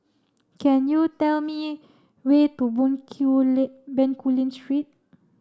can you tell me way to Bencoolen Street